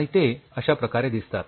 आणि ते अश्या प्रकारे दिसतात